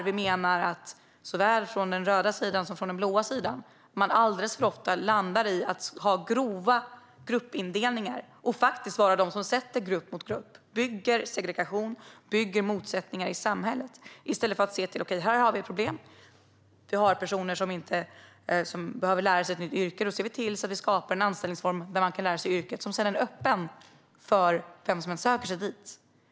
Vi menar att såväl den röda som den blå sidan alltför ofta landar i att ha grova gruppindelningar och faktiskt sätter grupp mot grupp och bygger segregation och motsättningar i samhället i stället för att lösa problemet genom att skapa en anställningsform där man lär sig yrket och som är öppen för vem som än söker sig dit.